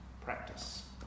practice